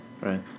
right